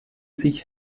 sich